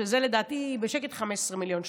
שזה לדעתי בשקט 15 מיליון שקל.